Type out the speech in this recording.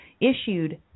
issued